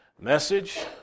message